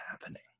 happening